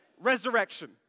Resurrection